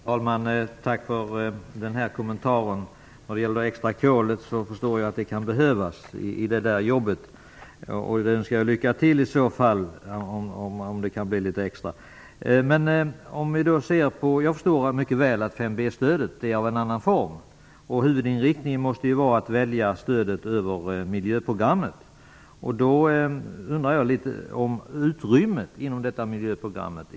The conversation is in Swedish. Fru talman! Tack för den här kommentaren. Jag förstår att alla extra kol behövs i det där jobbet. Jag önskar lycka till. Jag förstår mycket väl att 5 B-stödet är av en annan form. Huvudinriktningen måste vara att välja stödet över miljöprogrammet. Jag undrar över utrymmet inom miljöprogrammet.